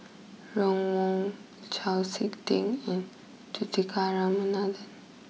Ron Wong Chau Sik Ting and Juthika Ramanathan